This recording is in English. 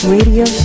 Radio